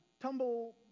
tumble